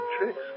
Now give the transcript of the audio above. tricks